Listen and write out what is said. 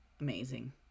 amazing